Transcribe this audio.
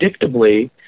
predictably